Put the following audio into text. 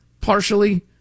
partially